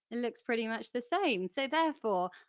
looks pretty much the same! so therefore,